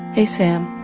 hey, sam.